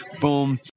Boom